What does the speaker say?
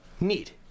Neat